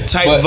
Type